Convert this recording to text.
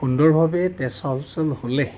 সুন্দৰভাৱে তেজ চলাচল হ'লেহে